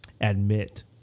admit